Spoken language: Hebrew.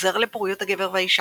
עוזר לפוריות הגבר והאישה,